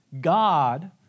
God